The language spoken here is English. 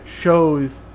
shows